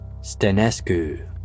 Stenescu